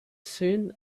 soon